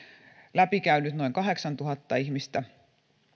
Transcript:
läpikäynyt noin kahdeksantuhatta ihmistä